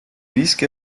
disque